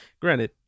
Granted